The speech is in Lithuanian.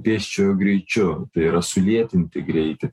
pėsčiojo greičiu tai yra sulėtinti greitį